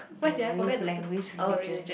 so race language religion